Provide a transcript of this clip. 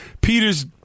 Peters